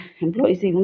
employees